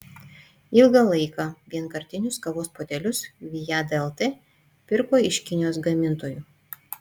ilgą laiką vienkartinius kavos puodelius viada lt pirko iš kinijos gamintojų